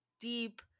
deep